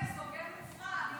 אני